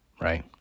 right